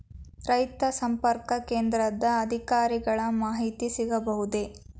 ರೈತ ಸಂಪರ್ಕ ಕೇಂದ್ರದ ಅಧಿಕಾರಿಗಳ ಮಾಹಿತಿ ಸಿಗಬಹುದೇ?